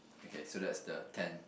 okay so that's the tenth